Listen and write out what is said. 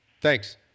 Thanks